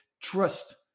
trust